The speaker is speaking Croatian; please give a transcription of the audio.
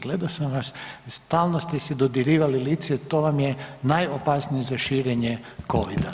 Gledao sam vas, stalno ste si dodirivali lice, to vam je najopasnije za širenje covid-a.